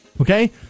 Okay